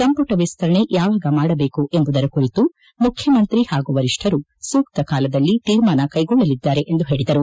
ಸಂಪುಟ ವಿಸ್ತರಷೆ ಯಾವಾಗ ಮಾಡಬೇಕು ಎಂಬುದರ ಕುರಿತು ಮುಖ್ಯಮಂತ್ರಿ ಹಾಗೂ ವರಿಷ್ಠರು ಸೂಕ್ತ ಕಾಲದಲ್ಲಿ ತೀರ್ಮಾನ ಕೈಗೊಳ್ಳಲಿದ್ದಾರೆ ಎಂದು ಹೇಳಿದರು